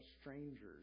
strangers